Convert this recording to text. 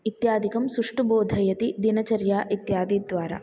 इत्यादिकं सुष्टुः बोधयति दिनचर्या इत्यादि द्वारा